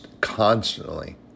constantly